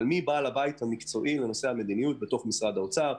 אבל מי בעל הבית המקצועי לנושא המדיניות בתוך משרד האוצר.